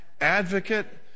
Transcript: advocate